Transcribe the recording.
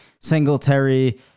Singletary